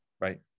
Right